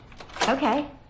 Okay